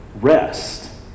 rest